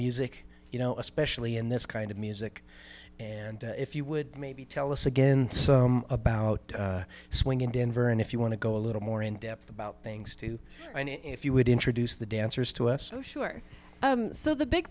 music you know especially in this kind of music and if you would maybe tell us again about swing in denver and if you want to go a little more in depth about things too and if you would introduce the dancers to us oh sure so the big